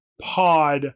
pod